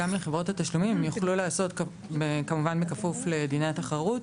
גם לחברות התשלומים יוכלו לעשות ,כמובן בכפוף לדיני התחרות,